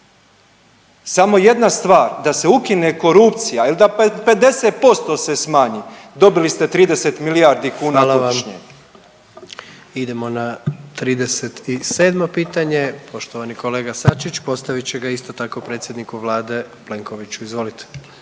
Samo jedna stvar da se ukine korupcija ili da 50% se smanji dobili ste 30 milijardi kuna godišnje. **Jandroković, Gordan (HDZ)** Hvala vam. Idemo na 37. pitanje poštovani kolega Sačić postavit će ga isto tako predsjedniku vlade Plenkoviću. Izvolite.